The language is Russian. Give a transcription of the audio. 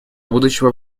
будущего